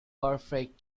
perfect